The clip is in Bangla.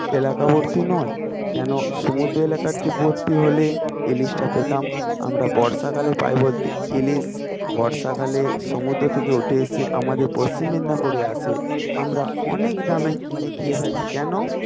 এলাকাবর্তী নয় কেন সমুদ্র এলাকাবর্তী হলে ইলিশটা পেতাম আমরা বর্ষাকালে পাই বলতে ইলিশ বর্ষাকালে সমুদ্র থেকে উঠে এসে আমাদের পশ্চিম মেদিনীপুরে আসে আমরা অনেক দামে কিনে খেয়ে থাকি কেন